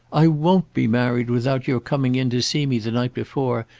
i won't be married without your coming in to see me the night before,